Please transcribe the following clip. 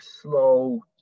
slow